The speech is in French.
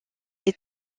est